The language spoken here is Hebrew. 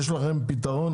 יש לכם פתרון?